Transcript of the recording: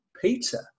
Peter